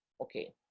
Okay